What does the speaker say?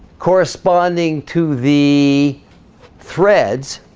corresponding to the threads